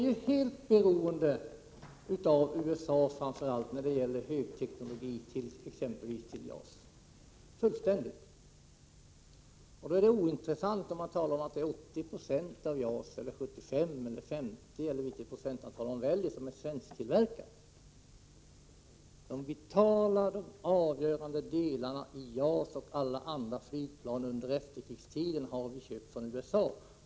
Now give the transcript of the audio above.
Vi är helt beroende av framför allt USA när det gäller högteknologi till exempelvis JAS. Det är ointressant att tala om att 80 26, 75 I eller 50 96 av JAS-planet — vilket procenttal man nu väljer — har svensktillverkats. De vitala, avgörande delarna av JAS och alla andra flygplan under efterkrigstiden har vi köpt från USA.